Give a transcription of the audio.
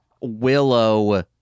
Willow